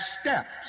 steps